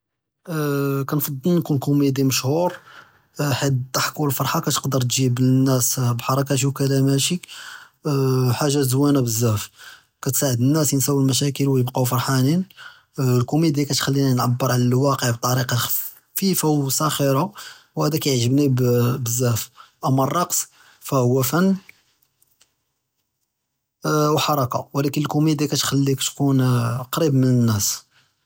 כנפצל נكون קומדי משחור חית אלדהכ ואלפרחה כתכדר תיג'יב אלנאס בח'רטי ועלאמתי חאג'את זוינה בזאף כנאסעד אלנאס ינסאו אלמושאכיל וייבקאו פארחאנין, אלקומידיה כתכליני נאעבר עלא אלוואקיע בטאריקה חפיקה וסאחרה וחדאשי כיעג'בני זאף, אמה אלרקצ פהו פנ וחרקה, אמה אלקומידיה כתכלכ תכון קריב מן אלנאס.